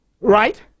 right